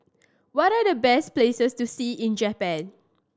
what are the best places to see in Japan